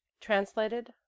Translated